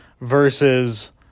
versus